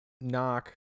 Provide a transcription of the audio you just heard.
knock